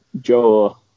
Joe